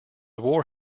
war